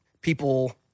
people